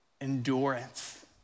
endurance